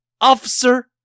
Officer